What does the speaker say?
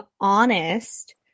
honest